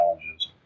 challenges